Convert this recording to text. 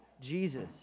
Jesus